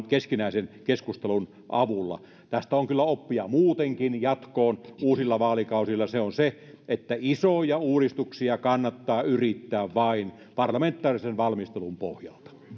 keskinäisen keskustelun avulla tästä on kyllä oppia muutenkin jatkoon uusille vaalikausille ja se on se että isoja uudistuksia kannattaa yrittää vain parlamentaarisen valmistelun pohjalta